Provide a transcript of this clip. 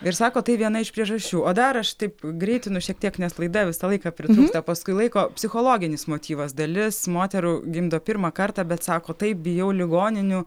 ir sakot tai viena iš priežasčių o dar aš taip greitinu šiek tiek nes laida visą laiką pritrūksta paskui laiko psichologinis motyvas dalis moterų gimdo pirmą kartą bet sako taip bijau ligoninių